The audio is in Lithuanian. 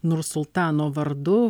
nursultano vardu